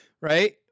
Right